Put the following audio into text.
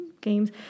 games